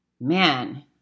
man